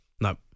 no